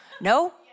no